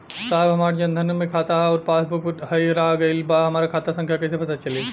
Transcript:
साहब हमार जन धन मे खाता ह अउर पास बुक कहीं हेरा गईल बा हमार खाता संख्या कईसे पता चली?